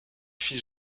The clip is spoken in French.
fils